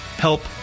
help